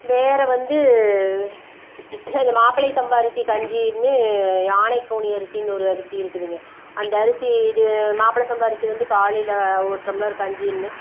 வேற வந்து இந்த மாப்பிள்ளை சம்பா அரிசி கஞ்சியும் யானை கவுனி அரிசினு ஒரு அரிசி இருக்குதுங்க அந்த அரிசி இது மாப்பிளை சம்பா அரிசி வந்து காலையில் ஒரு டம்ளர் கஞ்சியும்